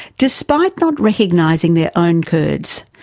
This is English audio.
despite not recognising their own kurds,